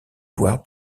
voir